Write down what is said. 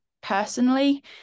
Personally